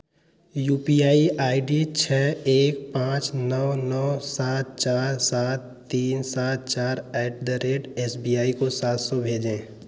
you P I I D छः एक पाँच नौ नौ सात चार सात तीन सात चार at the rate S B I को सात सौ भेजें